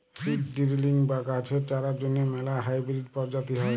seed drilling বা গাহাচের চারার জ্যনহে ম্যালা হাইবিরিড পরজাতি হ্যয়